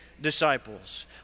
disciples